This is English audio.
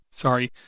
sorry